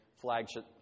flagship